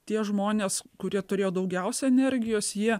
tie žmonės kurie turėjo daugiausia energijos jie